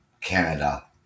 Canada